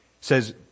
says